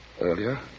Earlier